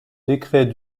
décret